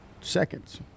seconds